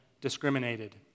discriminated